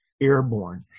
airborne